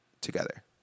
together